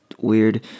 weird